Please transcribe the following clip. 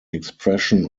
expression